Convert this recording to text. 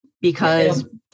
because-